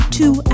two